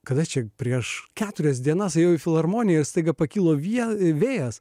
kada čia prieš keturias dienas ėjau į filharmoniją staiga pakilo vien vėjas